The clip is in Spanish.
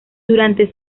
durante